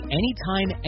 anytime